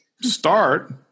start